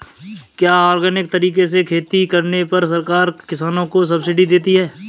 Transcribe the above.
क्या ऑर्गेनिक तरीके से खेती करने पर सरकार किसानों को सब्सिडी देती है?